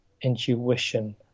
intuition